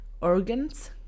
organs